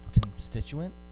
constituent